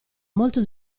molto